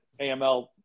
AML